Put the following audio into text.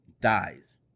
dies